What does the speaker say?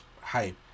hype